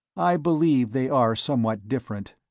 i believe they are somewhat different,